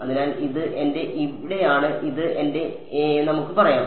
അതിനാൽ ഇത് എന്റെ ഇവിടെയാണ് ഇത് എന്റെ ഇവിടെയാണെന്ന് നമുക്ക് പറയാം